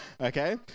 okay